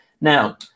now